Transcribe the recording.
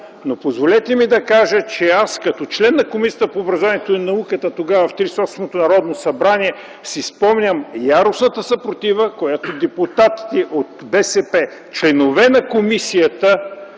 но позволете ми да кажа, че аз като член на Комисията по образованието и науката тогава, в Тридесет и осмото Народно събрание, си спомням яростната съпротива, която депутатите от БСП, членове на комисията,